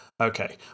Okay